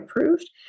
approved